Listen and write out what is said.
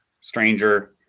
stranger